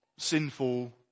sinful